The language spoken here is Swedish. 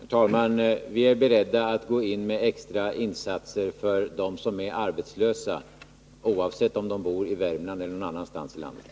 Herr talman! Vi är beredda att gå in med extra insatser för dem som är arbetslösa, oavsett om de bor i Värmland eller någon annanstans i landet.